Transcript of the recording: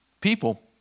people